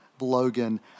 Logan